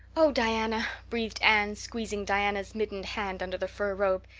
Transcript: oh, diana, breathed anne, squeezing diana's mittened hand under the fur robe,